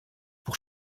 pour